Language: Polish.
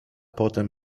potem